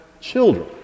children